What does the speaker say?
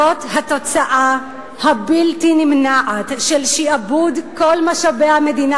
זאת התוצאה הבלתי-נמנעת של שעבוד כל משאבי המדינה